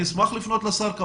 אני אשמח לפנות לשר, כמובן.